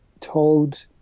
told